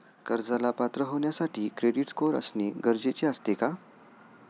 कर्जाला पात्र होण्यासाठी क्रेडिट स्कोअर असणे गरजेचे असते का?